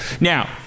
Now